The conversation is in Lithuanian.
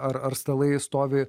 ar ar stalai stovi